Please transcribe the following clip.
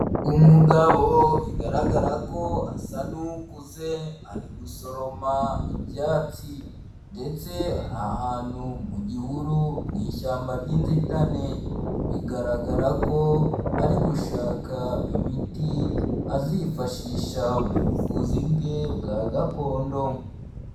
Umugabo bigaragara ko asa n'ukuze ari gusoroma ibyatsi ndetse ari ahantu mu gihuru mu ishyamba ry'inzitane bigaragara ko ari gushaka imiti azifashisha mu buvuzi bwe bwa gakondo.